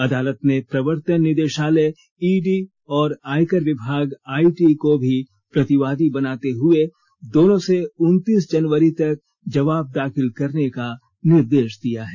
अदालत ने प्रवर्तन निदेशालय ईडी और आयकर विभाग आईटी को भी प्रतिवादी बनाते हुए दोनों से उनतीस जनवरी तक जवाब दाखिल करने का निर्देश दिया है